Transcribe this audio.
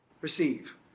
receive